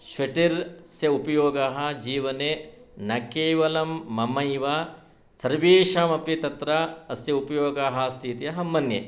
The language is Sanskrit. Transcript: श्वेटर् अस्य उपयोगः जीवने न केवलं ममैव सर्वेषामपि तत्र अस्य उपयोगः अस्ति इति अहं मन्ये